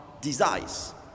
desires